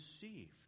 deceived